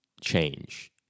change